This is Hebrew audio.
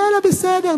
זה בסדר,